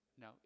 No